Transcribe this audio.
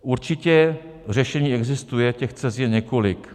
Určitě řešení existuje, těch cest je několik.